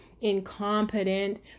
incompetent